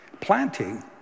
Planting